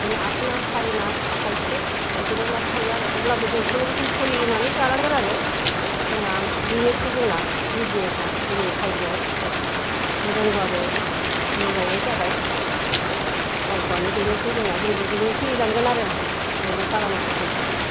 बिदिनो आथोना सारेना थाइसे बिदिनो लाब थायो आरो अब्लाबो जों खुनुरुखुम सोलिनानै जानांगोन आरो जोंहा बेनोसै जोंना बिजिनिस आ जोंनि भाग्याव रोंबाबो रोंलायनाय जाबाय भाग्यआनो बेनोसै जोंना जों बेजोंनो सोलिलांगोन आरो जों बे गालामाल दखानखौ